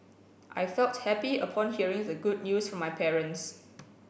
I felt happy upon hearing the good news from my parents